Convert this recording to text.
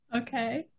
Okay